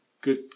good